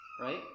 right